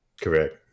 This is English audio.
Correct